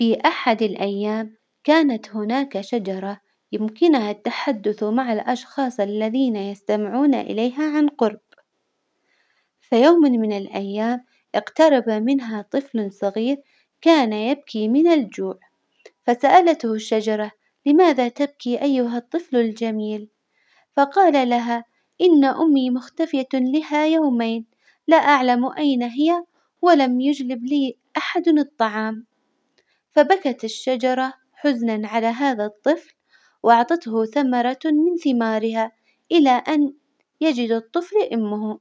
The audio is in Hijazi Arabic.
في أحد الأيام كانت هناك شجرة يمكنها التحدث مع الأشخاص الذين يستمعون إليها عن قرب، فيوم من الأيام إقترب منها طفل صغير كان يبكي من الجوع، فسألته الشجرة لماذا تبكي أيها الطفل الجميل? فقال لها إن أمي مختفية لها يومين لا أعلم أين هي، ولم يجلب لي أحد الطعام، فبكت الشجرة حزنا على هذا الطفل، وأعطته ثمرة من ثمارها إلى أن يجد الطفل أمه.